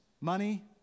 money